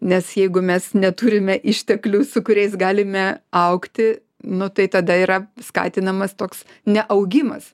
nes jeigu mes neturime išteklių su kuriais galime augti nu tai tada yra skatinamas toks neaugimas